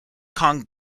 kong